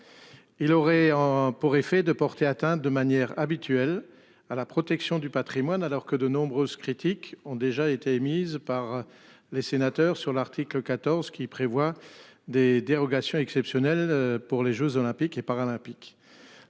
Il aurait en pour effet de porter atteinte de manière habituelle à la protection du Patrimoine alors que de nombreuses critiques ont déjà été émises par les sénateurs sur l'article 14 qui prévoit des dérogations exceptionnelles pour les Jeux olympiques et paralympiques.